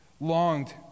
longed